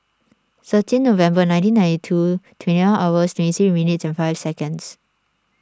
thirteen November nineteen ninety two twenty one hours twenty three minutes and five seconds